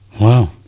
Wow